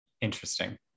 Interesting